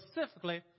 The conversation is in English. specifically